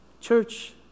Church